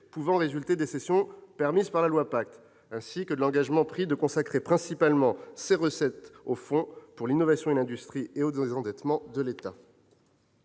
pouvant résulter des cessions permises par la loi PACTE, ainsi que de l'engagement de consacrer principalement ces recettes au fonds pour l'innovation et l'industrie et au désendettement de l'État.